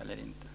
eller inte?